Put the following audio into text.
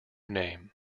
name